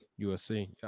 USC